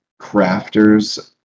crafters